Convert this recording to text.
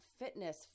fitness